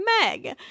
meg